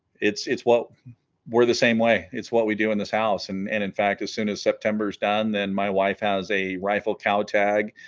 it's it's well we're the same way it's what we do in this house and and in fact as soon as september's done then my wife has a rifle tao tag